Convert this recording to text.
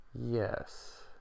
Yes